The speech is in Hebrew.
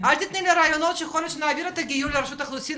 אל תתני לי רעיונות שנעביר את הגיור לרשות אוכלוסין